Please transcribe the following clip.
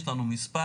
יש לנו מספר?